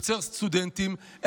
יותר סטודנטים,